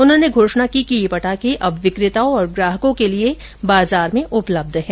उन्होंने घोषणा की कि ये पटाखे अब विक्रेताओं और ग्राहकों के लिए बाजार में उपलब्ध हैं